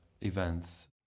events